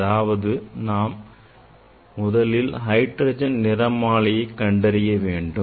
அதாவது முதலில் நாம் ஹைட்ரஜன் நிறமாலையை கண்டறிய வேண்டும்